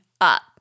up